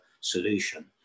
solution